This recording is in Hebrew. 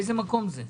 באיזה מקום זה?